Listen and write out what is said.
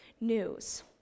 news